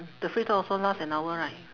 the free talk also lasts an hour right